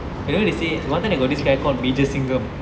you know they say one time they got this guy called major singram